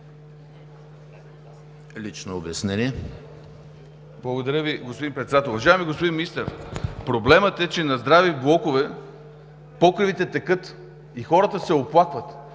за България): Благодаря Ви, господин Председател. Уважаеми господин Министър, проблемът е, че на здрави блокове покривите текат и хората се оплакват.